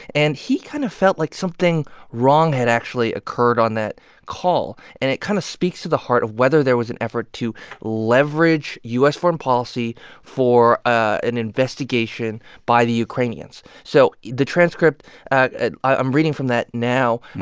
and he kind of felt like something wrong had actually occurred on that call. and it kind of speaks to the heart of whether there was an effort to leverage u s. foreign policy for an investigation by the ukrainians. so the transcript i'm reading from that now.